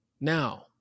Now